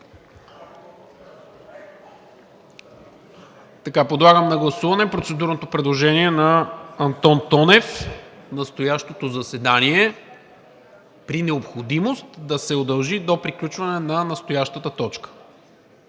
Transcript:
практика. Подлагам на гласуване процедурното предложение на Антон Тонев – настоящото заседание при необходимост да се удължи до приключване на настоящата точка